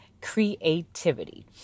creativity